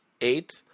Eight